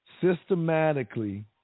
systematically